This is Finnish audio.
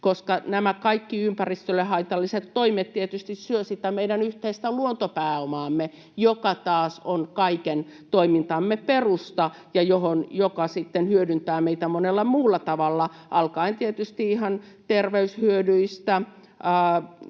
Koska nämä kaikki ympäristölle haitalliset toimet tietysti syövät sitä meidän yhteistä luontopääomaamme, joka taas on kaiken toimintamme perusta ja joka sitten hyödyttää meitä monella muulla tavalla alkaen tietysti ihan terveyshyödyistä,